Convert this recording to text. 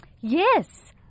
Yes